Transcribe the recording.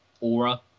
aura